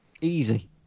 Easy